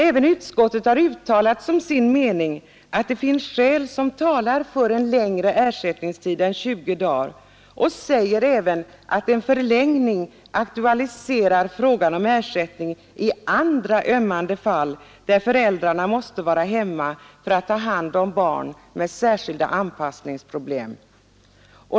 Även utskottet har uttalat som sin mening att det finns skäl som talar för en längre ersättningstid än 20 dagar och tillägger att en förlängning aktualiserar frågan om ersättning i andra ömmande fall där föräldrarna måste vara hemma för att ta hand om barn med särskilda anpassningsproblem.